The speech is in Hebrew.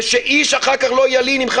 ושאיש אחר כך לא ילין אם,